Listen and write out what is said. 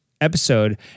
episode